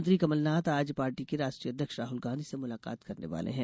मुख्यमंत्री कमलनाथ आज पार्टी के राष्ट्रीय अध्यक्ष राहल गांधी से मुलाकात करने वाले है